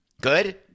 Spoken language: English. good